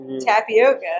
Tapioca